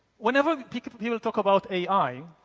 whenever people talk about ai,